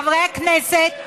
חבר הכנסת,